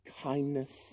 kindness